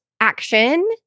action